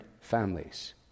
families